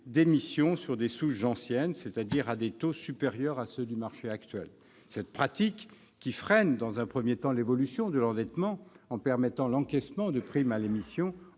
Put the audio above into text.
d'émissions sur des souches anciennes, c'est-à-dire à des taux supérieurs à ceux du marché actuel. Cette pratique, qui freine dans un premier temps l'évolution de l'endettement en permettant l'encaissement de primes à l'émission,